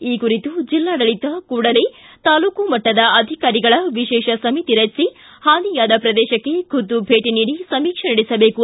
ಈ ಕುರಿತು ಕೂಡಲೇ ಜಿಲ್ಲಾಡಳಿತ ತಾಲ್ಲೂಕು ಮಟ್ಟದ ಅಧಿಕಾರಿಗಳ ವಿಶೇಷ ಸಮಿತಿ ರಚಿಸಿ ಹಾನಿಯಾದ ಪ್ರದೇಶಕ್ಕೆ ಖುದ್ದು ಭೇಟಿ ನೀಡಿ ಸಮೀಕ್ಷೆ ನಡೆಸಬೇಕು